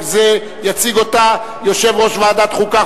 יציג את הצעת החוק יושב-ראש ועדת החוקה,